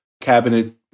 cabinet